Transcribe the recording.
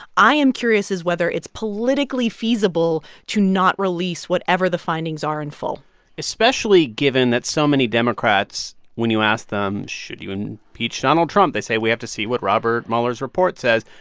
i am curious is whether it's politically feasible to not release whatever the findings are in full especially given that so many democrats, when you ask them, should you impeach donald trump? they say we have to see what robert mueller's report says.